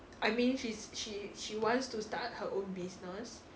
I mean she's she she wants to start her own business